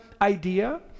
idea